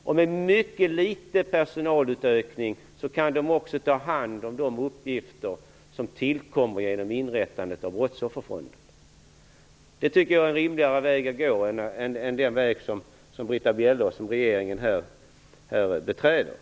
Med en mycket liten personalutökning kan den också ta hand om de uppgifter som tillkommer genom inrättandet av brottsofferfonden. Det är en rimligare väg att gå än den väg som Britta Bjelle och regeringen här beträder.